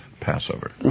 passover